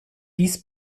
dies